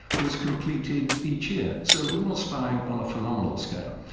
was completed each year. so it was spying on a phenomenal scale.